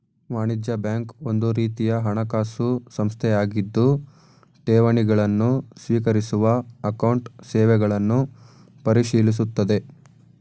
ವಾಣಿಜ್ಯ ಬ್ಯಾಂಕ್ ಒಂದುರೀತಿಯ ಹಣಕಾಸು ಸಂಸ್ಥೆಯಾಗಿದ್ದು ಠೇವಣಿ ಗಳನ್ನು ಸ್ವೀಕರಿಸುವ ಅಕೌಂಟ್ ಸೇವೆಗಳನ್ನು ಪರಿಶೀಲಿಸುತ್ತದೆ